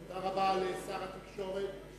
תודה רבה לשר התקשורת.